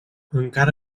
encara